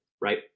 Right